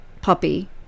puppy